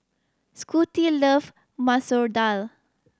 Scotty love Masoor Dal